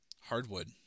hardwood